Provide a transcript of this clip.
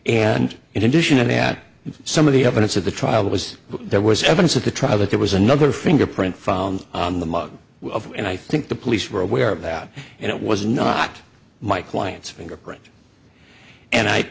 and in addition to that some of the evidence at the trial was there was evidence at the trial that there was another fingerprint found on the mug and i think the police were aware of that and it was not my client's fingerprint and i